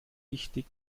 wichtig